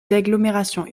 agglomérations